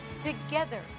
Together